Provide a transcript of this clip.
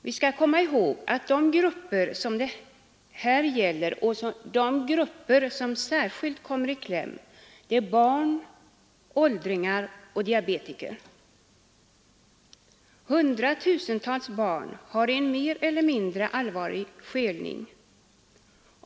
Vi skall komma ihåg att de grupper som särskilt kommer i kläm på detta område är barn, åldringar och diabetiker. Hundratusentals barn har en mer eller mindre allvarlig skelning.